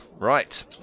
right